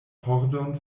pordon